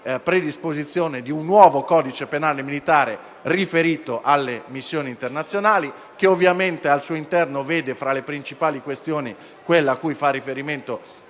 predisposizione di un nuovo codice penale militare riferito alle missioni internazionali, il quale al suo interno vede, tra le principali questioni, quella a cui fa riferimento